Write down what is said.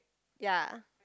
ya